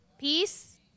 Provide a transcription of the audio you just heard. Peace